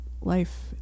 life